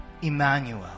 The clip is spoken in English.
Emmanuel